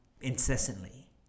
Incessantly